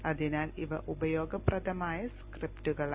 അതിനാൽ ഇവ ഉപയോഗപ്രദമായ സ്ക്രിപ്റ്റുകളാണ്